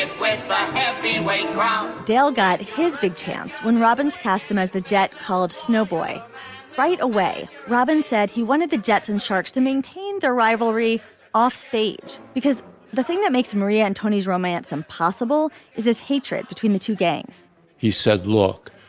and be way round dale got his big chance when robbins cast him as the jet hall of snow boy right away. robbins said he wanted the jets and sharks to maintain their rivalry offstage because the thing that makes maria antone's romance impossible is his hatred between the two gangs he said, look,